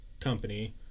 company